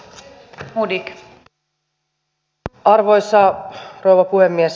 arvoisa rouva puhemies